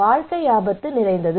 வாழ்க்கை ஆபத்து நிறைந்தது